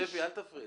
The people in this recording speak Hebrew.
שפי, אל תפריעי לה.